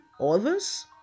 others